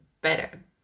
better